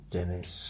Dennis